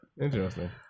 Interesting